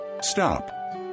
Stop